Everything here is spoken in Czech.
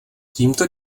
tímto